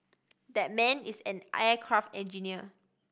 that man is an aircraft engineer